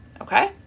okay